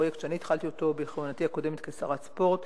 פרויקט שאני התחלתי בכהונתי הקודמת כשרת הספורט.